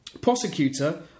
Prosecutor